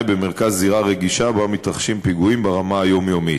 במרכז זירה רגישה שבה מתרחשים פיגועים ברמה היומיומית.